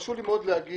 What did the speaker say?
חשוב לי מאוד להגיד.